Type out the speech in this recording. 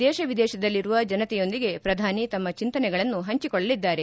ದೇಶ ವಿದೇಶದಲ್ಲಿರುವ ಜನತೆಯೊಂದಿಗೆ ಪ್ರಧಾನಿ ತಮ್ಮ ಚಿಂತನೆಗಳನ್ನು ಪಂಚಿಕೊಳ್ಳಲಿದ್ದಾರೆ